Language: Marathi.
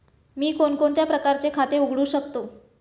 मी कोणकोणत्या प्रकारचे खाते उघडू शकतो?